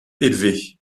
élevée